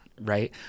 Right